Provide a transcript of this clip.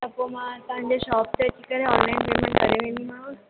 त पोइ मा तव्हांजे शॉप ते अची करे ऑनलाइन पेमेंट करे वेंदीमाव